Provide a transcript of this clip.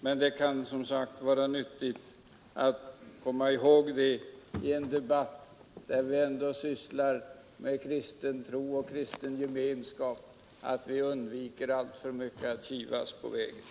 Men det kan som sagt vara nyttigt att i en debatt, som ändå gäller kristen tro och kristen gemenskap, komma ihåg att vi inte skall kivas alltför mycket på vägen.